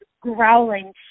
growling